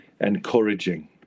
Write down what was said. encouraging